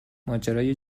ماجرای